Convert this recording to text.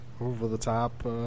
over-the-top